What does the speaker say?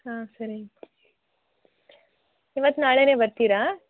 ಹಾಂ ಸರಿ ಇವತ್ತು ನಾಳೆನೇ ಬರ್ತೀರಾ